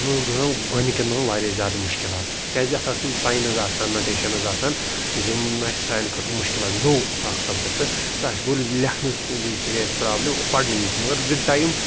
تَتھ منٛز گوڈنِکِٮ۪ن دۄہن واریاہ زیادٕ مُشکِلات کیٛازِکہِ اَتھ آسہٕ تِم ساینٕز آسان نوٹیشَنٕز آسان یِم نہٕ اَسہِ سانہِ خٲطرٕ مُشکِل آسہٕ نوٚو اوس اَکھ سَبجَکٹ تہٕ اَسہِ گوٚو لیکھنَس وِزِ تہِ گٔے اَسہِ پرٛابلِم اور پَڑنہٕ وِزِ تہِ مَگَر وِد ٹایم